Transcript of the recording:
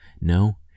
No